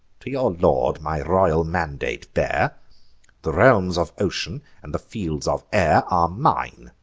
to your lord my royal mandate bear the realms of ocean and the fields of air are mine,